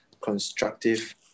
constructive